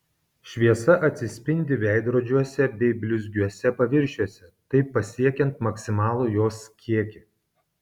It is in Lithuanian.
šviesa atsispindi veidrodžiuose bei blizgiuose paviršiuose taip pasiekiant maksimalų jos kiekį